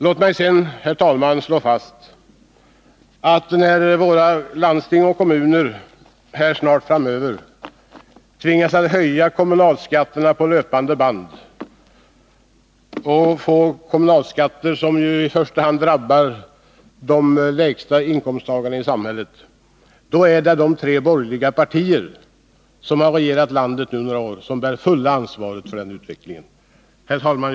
Låt mig sedan, herr talman, slå fast att när våra landsting och kommuner snart tvingas att höja kommunalskatterna på löpande band — och kommunalskatten drabbar ju i första hand de lägsta inkomsttagarna i samhället — då är det de tre borgerliga partier som har regerat landet under några år som bär det fulla ansvaret för den utvecklingen. Herr talman!